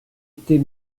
tes